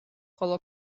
ხოლო